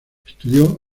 estudio